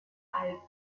alpen